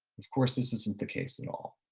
of course, this isn't the case at all.